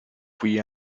fuí